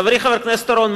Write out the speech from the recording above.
חברי חבר הכנסת אורון,